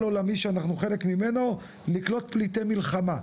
עולמי שאנחנו חלק ממנו לקלוט פליטי מלחמה.